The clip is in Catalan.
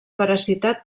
veracitat